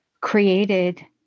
created